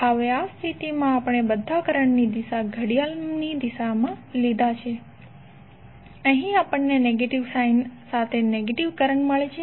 હવે આ સ્થિતિમાં આપણે બધા કરંટ ની દિશા ઘડિયાળની દિશામાં લીધા છે અહીં આપણને નેગેટીવ સાઇન સાથે નેગેટીવ કરંટ મળે છે